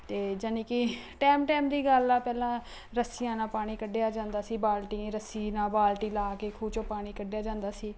ਅਤੇ ਯਾਨੀ ਕਿ ਟਾਈਮ ਟਾਈਮ ਦੀ ਗੱਲ ਆ ਪਹਿਲਾਂ ਰੱਸੀਆਂ ਨਾਲ ਪਾਣੀ ਕੱਢਿਆ ਜਾਂਦਾ ਸੀ ਬਾਲਟੀ ਰੱਸੀ ਨਾਲ ਬਾਲਟੀ ਲਾ ਕੇ ਖੂਹ 'ਚੋਂ ਪਾਣੀ ਕੱਢਿਆ ਜਾਂਦਾ ਸੀ